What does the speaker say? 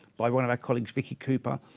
by one of our colleagues vickie cooper,